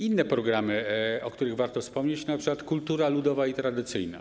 Inne programy, o których warto wspomnieć, to np. ˝Kultura ludowa i tradycyjna˝